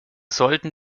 sollten